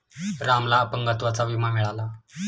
रामला अपंगत्वाचा विमा मिळाला